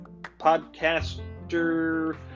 podcaster